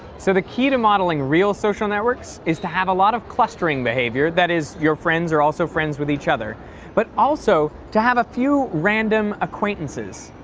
so the key to modeling real social networks is to have a lot of clustering behavior that is, your friends are also friends with each other but also to have a few random acquaintances.